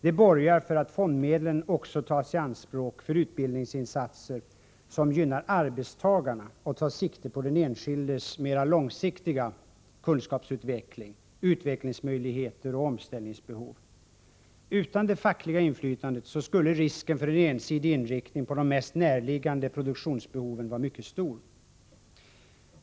Detta borgar för att fondmedlen även tas i anspråk för utbildningsinsatser som gynnar arbetstagarna och tar sikte på den enskildes mera långsiktiga kunskapsutveckling, utvecklingsmöjligheter och omställningsbehov. Utan det fackliga inflytandet skulle risken för en ensidig inriktning på de mest närliggande produktionsbehoven vara mycket stor.